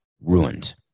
ruined